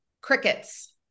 crickets